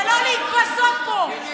ולא להתבזות פה.